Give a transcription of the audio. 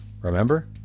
Remember